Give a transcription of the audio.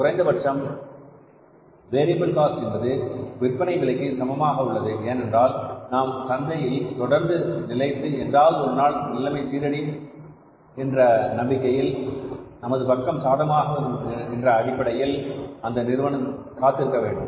குறைந்தபட்சம் variable cost என்பது விற்பனை விலைக்கு சமமாக உள்ளது என்றால் நாம் சந்தையில் தொடர்ந்து நிலைத்து என்றாவது ஒருநாள் நிலைமை சீரடையும் என்ற நம்பிக்கையில் நமது பக்கம் சாதகமாக வரும் என்ற அடிப்படையில் அந்த நிறுவனம்காத்திருக்க வேண்டும்